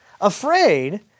Afraid